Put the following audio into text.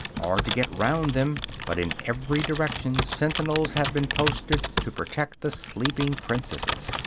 or to get round them but in every direction sentinels have been posted to protect the sleeping princesses.